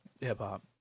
hip-hop